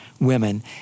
women